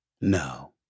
no